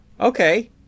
Okay